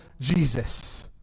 Jesus